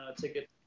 ticket